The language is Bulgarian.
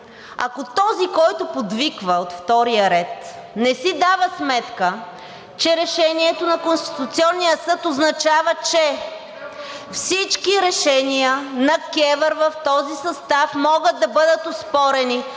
ако този, който подвиква от втория ред, не си дава сметка, че решението на Конституционния съд означава, че всички решения на Комисията за енергийно и